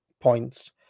points